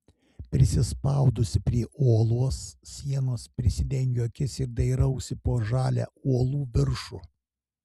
prisispaudusi prie uolos sienos prisidengiu akis ir dairausi po žalią uolų viršų